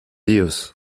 use